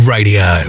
Radio